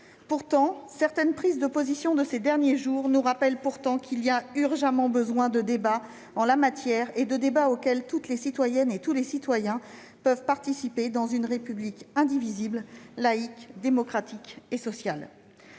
... Certaines prises de position de ces derniers jours nous rappellent pourtant qu'il y a urgemment besoin de débat en la matière, de débat auquel toutes les citoyennes et tous les citoyens peuvent participer dans une République indivisible, laïque, démocratique et sociale.